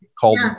called